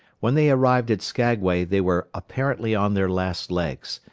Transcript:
when they arrived at skaguay they were apparently on their last legs.